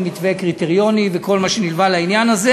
מתווה קריטריוני וכל מה שנלווה לעניין הזה.